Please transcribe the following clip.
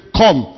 come